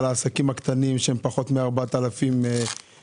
אם זה הנושא של העסקים הקטנים שהם פחות מ-4,000 טון,